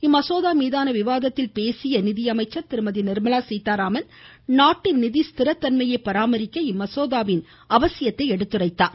இம்மசோதா மீதான விவாதத்தில் பேசிய நிதி அமைச்சர் திருமதி நிர்மலா சீதாராமன் நாட்டின் நிதி ஸ்திரத்தன்மையை பராமரிக்க இம்மசோதாவின் அவசியத்தை சுட்டிக்காட்டினார்